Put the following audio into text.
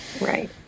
Right